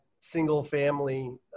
single-family